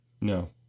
No